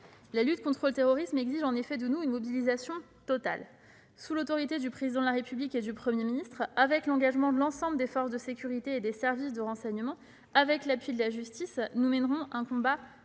La lutte contre le terrorisme exige en effet de nous une mobilisation totale. Sous l'autorité du Président de la République et du Premier ministre, avec l'engagement de l'ensemble des forces de sécurité et des services de renseignement, avec l'appui de la justice, M. le ministre